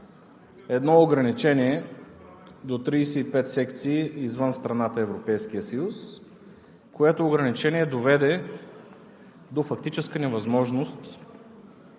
едно ограничение – до 35 секции извън страната и Европейския съюз, което ограничение доведе до фактическа невъзможност